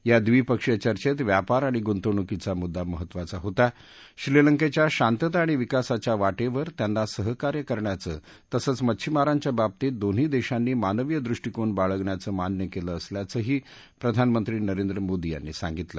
या द्विपक्षीय चर्चेत व्यापार आणि गुंतवणुकीचा मुद्दा महत्वाचा होता श्रीलंकेच्या शांतता आणि विकासाच्या वाटेवर त्यांना सहकार्य करण्याचं तसंच मच्छीमारांच्या बाबतीत दोन्ही देशांनी मानवीय दृष्टीकोन बाळगण्याच मान्य केलं असल्याचही प्रधाननंत्री नरेंद्र मोदी यांनी सांगितलं